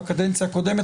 בקדנציה הקודמת,